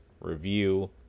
review